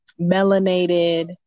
melanated